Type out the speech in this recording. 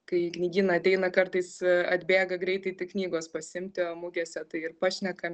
kai į knygyną ateina kartais atbėga greitai tik knygos pasiimti o mugėse tai ir pašnekam